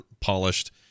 polished